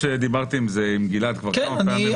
דיברתי על כך עם גלעד קריב כבר כמה פעמים.